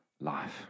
life